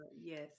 Yes